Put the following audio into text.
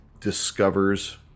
discovers